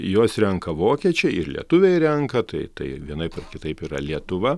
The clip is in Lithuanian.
juos renka vokiečiai ir lietuviai renka tai tai vienaip ar kitaip yra lietuva